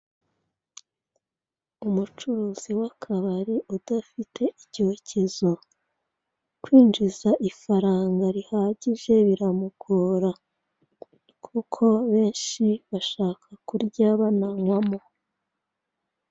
Umucuruzi w'akabari udafite icyokezo, kwinjiza ifaranga rihagije biramugora; kuko benshi bashaka kurya bananywamo.